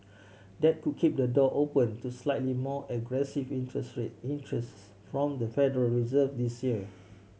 that could keep the door open to slightly more aggressive interest rate increases from the Federal Reserve this year